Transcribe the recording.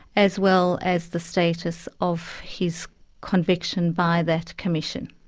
as well as the status of his conviction by that commission.